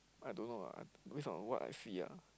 I don't know ah based on what I see ah